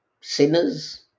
sinners